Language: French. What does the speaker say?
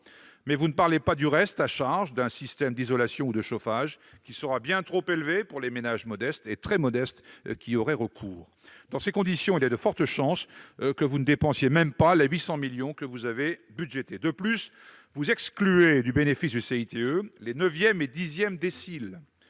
mais vous ne parlez pas du reste à charge pour l'installation d'un système d'isolation ou de chauffage, qui sera bien trop élevé pour les ménages modestes et très modestes qui auraient recours à cette aide. Dans ces conditions, il y a de fortes chances que vous ne dépensiez même pas les 800 millions d'euros que vous avez budgétés ... De plus, vous excluez du bénéfice du CITE les Français dont les